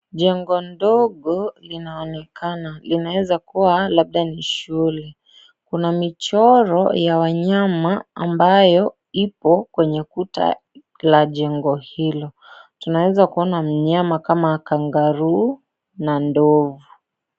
Jengo ndogo linaonekana inaeza kua labda ni shule, kuna michoro ya wanyama ambayo ipo kwenye kuta la jengo hilo, tunaeza kuona mnyama kama Kangaroo na Ndovu.